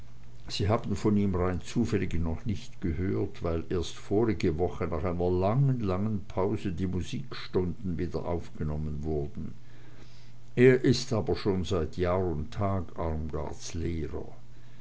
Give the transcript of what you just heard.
sie haben von ihm rein zufällig noch nicht gehört weil erst vorige woche nach einer langen langen pause die musikstunden wieder aufgenommen wurden er ist aber schon seit jahr und tag armgards lehrer